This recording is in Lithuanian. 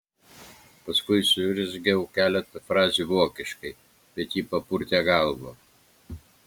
paskui surezgiau keletą frazių vokiškai bet ji papurtė galvą